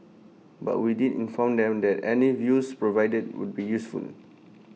but we did inform them that any views provided would be useful